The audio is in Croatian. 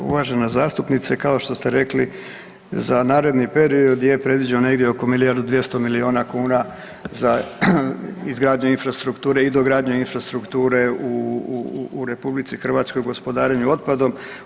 Uvažena zastupnice kao što ste rekli za naredni period je predviđeno negdje oko milijardu i 200 milijuna kuna za izgradnju infrastrukture i dogradnju infrastrukture u RH u gospodarenju otpadom.